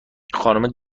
خانم